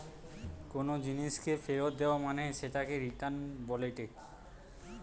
কোনো জিনিসকে ফেরত দেয়া মানে সেটাকে রিটার্ন বলেটে